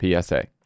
PSA